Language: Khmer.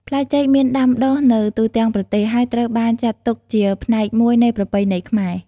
ផ្លែចេកមានដាំដុះនៅទូទាំងប្រទេស ហើយត្រូវបានចាត់ទុកជាផ្នែកមួយនៃប្រពៃណីខ្មែរ។